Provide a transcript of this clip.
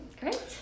Great